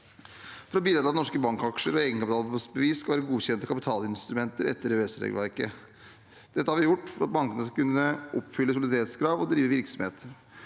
for å bidra til at norske bankaksjer og egenkapitalbevis skal være godkjente kapitalinstrumenter etter EØS-regelverket. Dette har vi gjort for at bankene skal kunne oppfylle soliditetskrav og drive virksomhet.